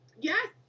Yes